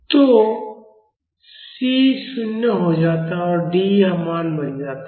तो C 0 हो जाता है और D यह मान बन जाता है